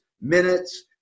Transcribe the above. minutes